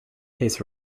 his